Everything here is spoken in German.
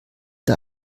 der